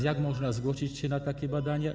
Jak można zgłosić się na takie badania?